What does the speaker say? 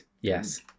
yes